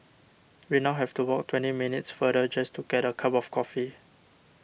we now have to walk twenty minutes farther just to get a cup of coffee